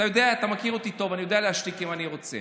אתה מכיר אותי טוב, אני יודע להשתיק אם אני רוצה.